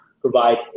provide